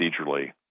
procedurally